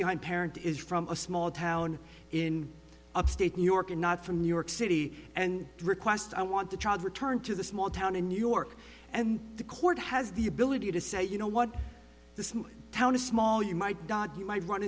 behind parent is from a small town in upstate new york and not from new york city and request i want the child returned to the small town in new york and the court has the ability to say you know what the small town is small you might die you might run